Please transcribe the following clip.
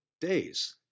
days